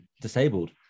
disabled